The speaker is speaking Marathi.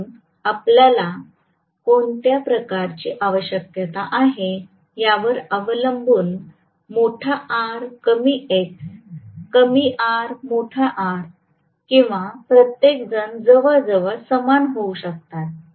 म्हणून आपल्यास कोणत्या प्रकारची आवश्यकता आहे यावर अवलंबून मोठा R कमी X कमी R मोठा R किंवा प्रत्येकजण जवळजवळ समान होऊ शकतात